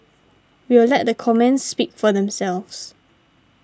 we'll let the comments speak for themselves